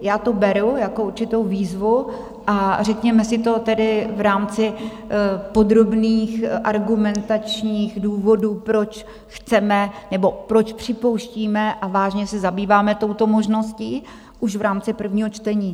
Já to beru jako určitou výzvu a řekněme si to tedy v rámci podrobných argumentačních důvodů, proč chceme nebo proč připouštíme a vážně se zabýváme touto možností už v rámci prvního čtení.